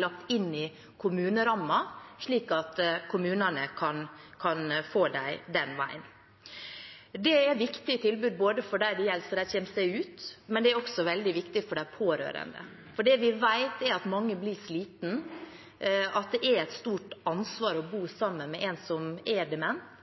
lagt inn i kommunerammen – de forsvinner altså ikke – slik at kommunene kan få dem den veien. Det er et viktig tilbud – for dem det gjelder, slik at de kommer seg ut, men det er også veldig viktig for de pårørende. Det vi vet, er at mange blir slitne, at det er et stort ansvar å bo sammen med en som er dement,